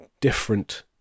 different